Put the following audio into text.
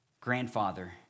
grandfather